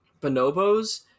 Bonobos